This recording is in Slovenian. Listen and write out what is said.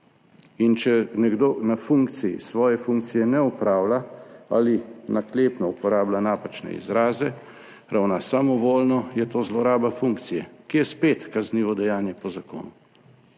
in če nekdo na funkciji svoje funkcije ne opravlja ali naklepno uporablja napačne izraze, ravna samovoljno, je to zloraba funkcije, ki je spet kaznivo dejanje po zakonu.